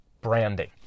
branding